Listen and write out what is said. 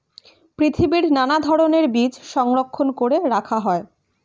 পৃথিবীর নানা ধরণের বীজ সংরক্ষণ করে রাখা হয়